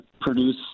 produce